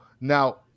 now